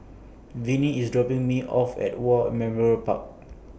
Vinnie IS dropping Me off At War Memorial Park